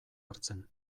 hartzen